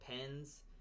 pens